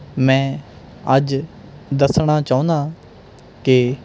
ਮੈਂ ਅੱਜ ਦੱਸਣਾ ਚਾਹੁੰਦਾ ਕਿ